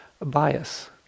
bias